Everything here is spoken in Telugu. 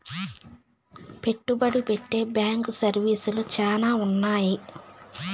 పెట్టుబడి పెట్టే బ్యాంకు సర్వీసులు శ్యానా ఉన్నాయి